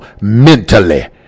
mentally